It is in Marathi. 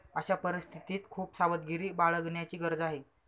अशा परिस्थितीत खूप सावधगिरी बाळगण्याची गरज आहे